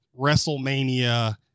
WrestleMania